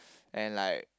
and like